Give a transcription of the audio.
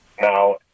Now